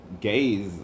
Gays